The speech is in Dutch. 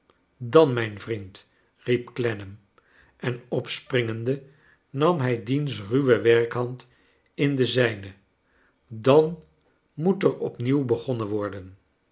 dan mijn vriend riep clennam en opspringende nam hij diens ruwe werkhand in de zijne dan moet er opnieuw begonnen worden